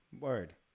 Word